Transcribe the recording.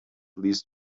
least